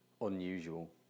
unusual